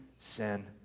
sin